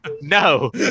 No